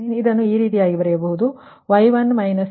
ನೀವು ಈಗ ಈ ರೀತಿ ಬರೆಯಬಹುದು y1 − f1 y2 − f2 ಸಮ yn − fn ಆಗಿದೆ